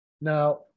Now